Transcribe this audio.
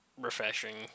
refreshing